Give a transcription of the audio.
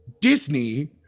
Disney